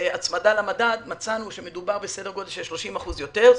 שבהצמדה למדד מדובר בסדר גודל של 30% יותר,